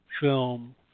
film